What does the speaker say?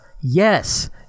yes